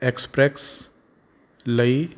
express ਲਈ